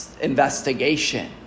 investigation